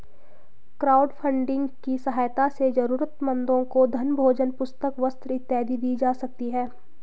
crowdfunding की सहायता से जरूरतमंदों को धन भोजन पुस्तक वस्त्र इत्यादि दी जा सकती है